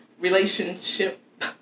Relationship